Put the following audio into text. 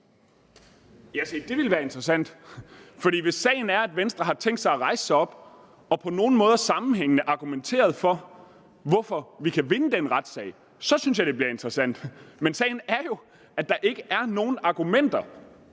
(S): Se, det ville være interessant, for hvis sagen er, at Venstre har tænkt sig at rejse sig op og på en sammenhængende måde argumentere for, hvorfor vi kan vinde den retssag, så synes jeg, det bliver interessant. Men sagen er jo, at der ikke er nogen argumenter